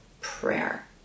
prayer